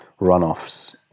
runoffs